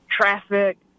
traffic